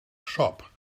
shop